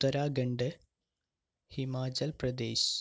Uttarakhand Himachal Pradesh